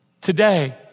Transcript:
Today